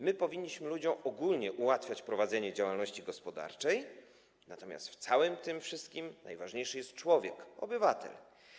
My powinniśmy ludziom ogólnie ułatwiać prowadzenie działalności gospodarczej, natomiast w tym wszystkim najważniejszy jest człowiek, obywatel.